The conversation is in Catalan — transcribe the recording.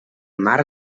mar